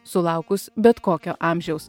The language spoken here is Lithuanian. sulaukus bet kokio amžiaus